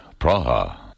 Praha